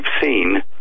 seen